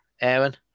Aaron